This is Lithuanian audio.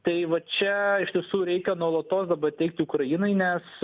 tai va čia iš tiesų reikia nuolatos dabar teikti ukrainai nes